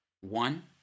One